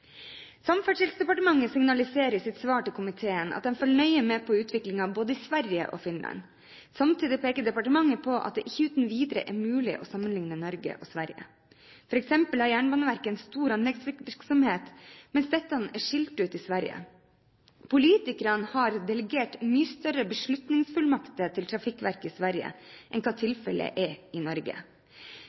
Samferdselsdepartementet signaliserer i sitt svar til komiteen at de følger nøye med på utviklingen både i Sverige og i Finland. Samtidig peker departementet på at det ikke uten videre er mulig å sammenligne Norge og Sverige, f.eks. er Jernbaneverket en stor anleggsvirksomhet, mens dette er skilt ut i Sverige. Politikerne har delegert mye større beslutningsfullmakter til Trafikverket i Sverige enn det som er tilfellet i Norge.